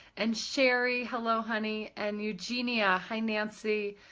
and sherry, hello honey. and eugenia, hi nancy,